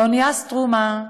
באונייה "סטרומה"